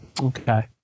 Okay